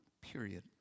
period